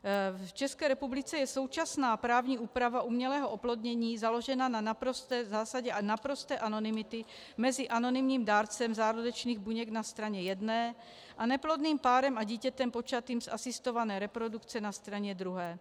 V České republice je současná právní úprava umělého oplodnění založená na zásadě naprosté anonymity mezi anonymním dárcem zárodečných buněk na straně jedné a neplodným párem a dítětem počatým z asistované reprodukce na straně druhé.